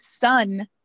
son